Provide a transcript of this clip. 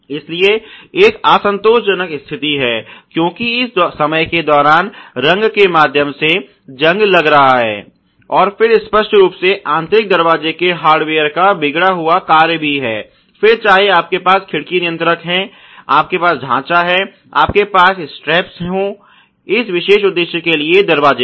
इसलिए एक असंतोषजनक स्थिति है क्योंकि इस समय के दौरान रंग के माध्यम से जंग लग रहा है और फिर स्पष्ट रूप से आंतरिक दरवाजे के हार्डवेयर का बिगड़ा हुआ कार्य भी है फिर चाहे आपके पास खिड़की नियंत्रक हैं आपके पास ढाँचा है आपके पास चाहे स्ट्रेप्स हों इस विशेष उद्देश्य के लिए दरवाजे पर